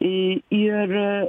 į ir